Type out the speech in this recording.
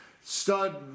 Stud